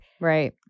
Right